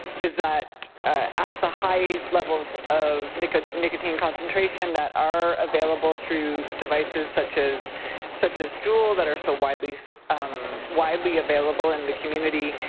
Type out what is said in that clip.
that at the high levels of nicotine nicotine concentration that are available through devices such as such as jewel that are so widely so um widely available in the community